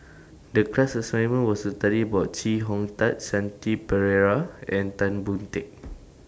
The class assignment was to study about Chee Hong Tat Shanti Pereira and Tan Boon Teik